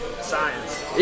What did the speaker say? Science